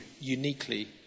uniquely